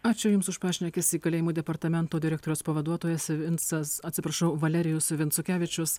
ačiū jums už pašnekesį kalėjimų departamento direktoriaus pavaduotojas vincas atsiprašau valerijus vincukevičius